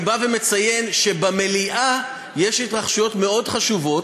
אני בא ומציין שבמליאה יש התרחשויות מאוד חשובות,